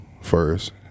first